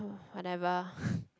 whatever